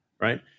right